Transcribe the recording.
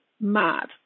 mad